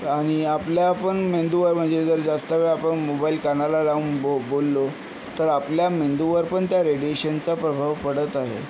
आणि आपल्या पण मेंदूवर म्हणजे जर जास्त वेळ आपण मोबाईल कानाला लावून बो बोललो तर आपल्या मेंदूवर पण त्या रेडिएशनचा प्रभाव पडत आहे